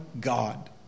God